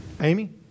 Amy